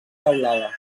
teulada